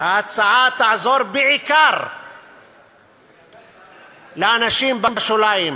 ההצעה תעזור בעיקר לאנשים בשוליים,